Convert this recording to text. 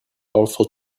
powerful